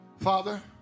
Father